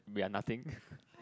we are nothing